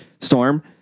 storm